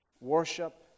worship